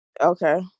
Okay